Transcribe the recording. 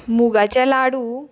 मुगाचे लाडू